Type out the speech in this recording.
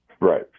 Right